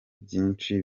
byinshi